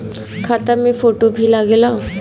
खाता मे फोटो भी लागे ला?